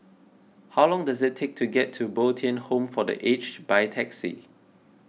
how long does it take to get to Bo Tien Home for the Aged by taxi